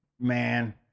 man